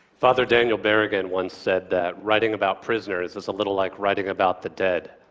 father daniel berrigan once said that writing about prisoners is a little like writing about the dead.